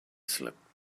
slipped